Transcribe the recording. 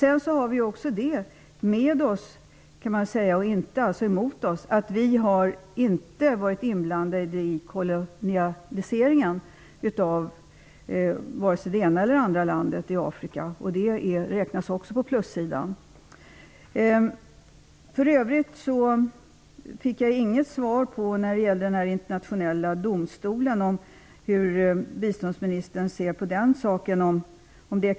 En annan sak som talar för oss, och inte emot oss, är att vi inte har varit inblandade i kolonialiseringen av olika länder i Afrika. Det räknas också på plussidan. Jag fick inget svar på hur biståndsministern ser på den internationella domstolen.